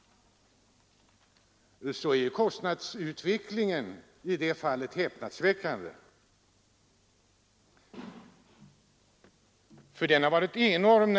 Kostnadsutvecklingen i det fallet har verkligen varit häpnadsväckande; kostnaderna har varit enorma.